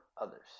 others